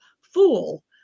Fool